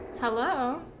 hello